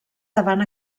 davant